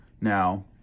Now